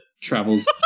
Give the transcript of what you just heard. travels